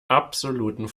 absoluten